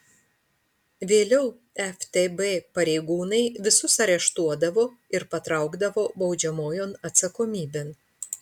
vėliau ftb pareigūnai visus areštuodavo ir patraukdavo baudžiamojon atsakomybėn